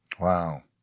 Wow